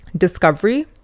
discovery